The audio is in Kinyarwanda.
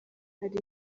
hari